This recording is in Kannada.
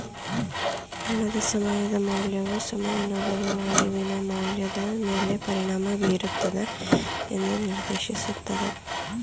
ಹಣದ ಸಮಯದ ಮೌಲ್ಯವು ಸಮಯ ನಗದು ಅರಿವಿನ ಮೌಲ್ಯದ ಮೇಲೆ ಪರಿಣಾಮ ಬೀರುತ್ತದೆ ಎಂದು ನಿರ್ದೇಶಿಸುತ್ತದೆ